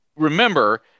Remember